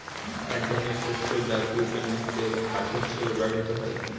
এক ধরনের শস্য যা গ্লুটেন মুক্ত এবং খাদ্য হিসেবে ব্যবহৃত হয়